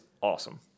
awesome